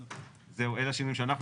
זהו, אלה השינויים שאנחנו